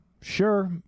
sure